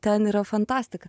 ten yra fantastika